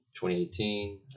2018